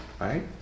Right